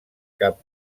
cap